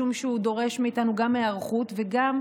משום שהוא דורש מאיתנו גם היערכות וגם,